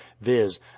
viz